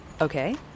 Okay